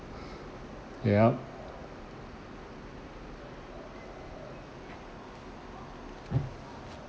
yup